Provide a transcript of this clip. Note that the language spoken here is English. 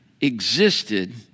existed